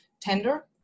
tender